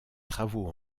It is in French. travaux